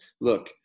Look